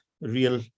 real